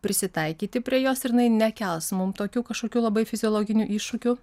prisitaikyti prie jos ir jinai nekels mum tokių kažkokių labai fiziologinių iššūkių